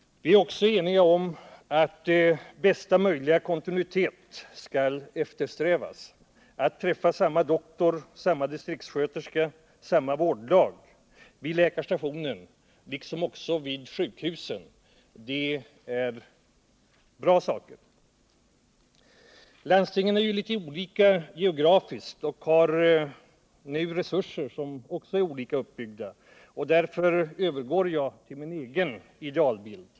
Vi är också eniga om att bästa möjliga kontinuitet skall eftersträvas. Man skall få möjlighet att träffa samma doktor, samma distriktssköterska och samma vårdlag såväl på läkarstationen som på sjukhusen. Detta är viktiga och bra saker. Landstingen är ju litet olika på olika håll. Resurserna är också olika. Därför skall jag övergå till att teckna min egen idealbild.